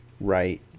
Right